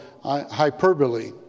hyperbole